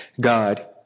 God